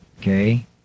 Okay